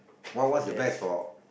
what what's the best for